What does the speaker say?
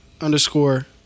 underscore